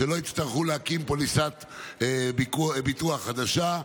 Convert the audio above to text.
שלא יצטרכו להקים פוליסת ביטוח חדשה,